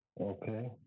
Okay